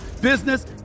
business